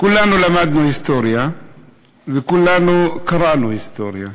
כולנו למדנו היסטוריה וכולנו קראנו היסטוריה.